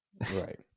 Right